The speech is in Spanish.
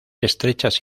estrechas